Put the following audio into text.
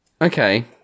Okay